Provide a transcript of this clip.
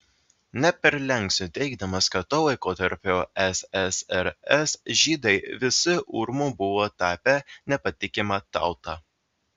neperlenksiu teigdamas kad tuo laikotarpiu ssrs žydai visi urmu buvo tapę nepatikima tauta